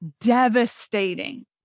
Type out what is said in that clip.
devastating